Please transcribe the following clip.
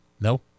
No